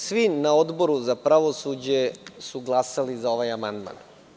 Svi na Odboru za pravosuđe su glasali za ovaj amandman.